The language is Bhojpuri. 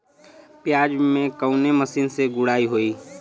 प्याज में कवने मशीन से गुड़ाई होई?